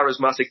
charismatic